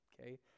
okay